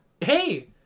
hey